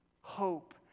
Hope